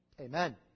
Amen